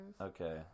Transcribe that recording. Okay